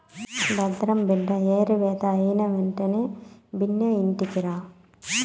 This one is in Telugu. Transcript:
భద్రం బిడ్డా ఏరివేత అయినెంటనే బిన్నా ఇంటికిరా